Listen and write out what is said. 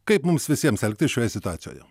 kaip mums visiems elgtis šioje situacijoje